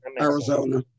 Arizona